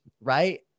right